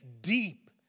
deep